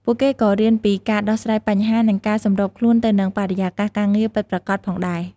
ពួកគេក៏រៀនពីការដោះស្រាយបញ្ហា និងការសម្របខ្លួនទៅនឹងបរិយាកាសការងារពិតប្រាកដផងដែរ។